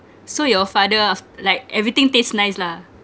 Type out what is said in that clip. so your father like everything taste nice lah